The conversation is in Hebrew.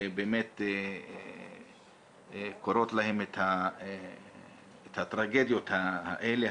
שקורות להם הטרגדיות האלה.